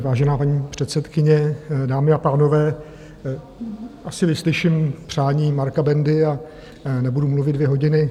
Vážená paní předsedkyně, dámy a pánové, asi vyslyším přání Marka Bendy a nebudu mluvit dvě hodiny.